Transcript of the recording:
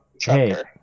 hey